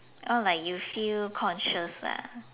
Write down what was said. oh like you feel conscious ah